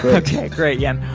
okay. great, yan.